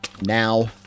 Now